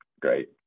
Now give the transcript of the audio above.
great